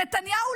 נתניהו,